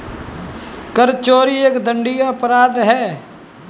कर चोरी एक दंडनीय अपराध है